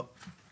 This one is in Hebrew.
לא.